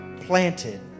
planted